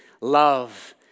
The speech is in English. love